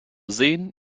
sehen